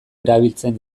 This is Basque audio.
erabiltzen